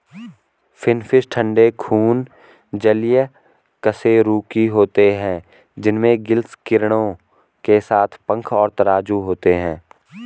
finfish ठंडे खून जलीय कशेरुकी होते हैं जिनमें गिल्स किरणों के साथ पंख और तराजू होते हैं